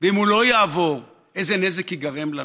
אם הוא לא יעבור, איזה נזק ייגרם לנו?